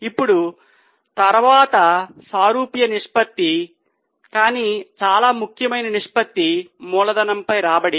ఇప్పుడు తరువాతి సారూప్య నిష్పత్తి కానీ చాలా ముఖ్యమైన నిష్పత్తి మూలధనంపై రాబడి